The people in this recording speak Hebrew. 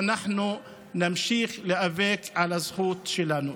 ואנחנו נמשיך להיאבק על הזכות שלנו.